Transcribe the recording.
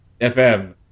FM